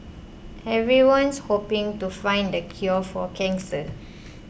everyone's hoping to find the cure for cancer